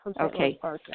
Okay